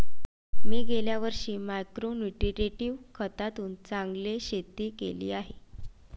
मी गेल्या वर्षी micro nutritive खतातून चांगले शेती केली आहे